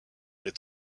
est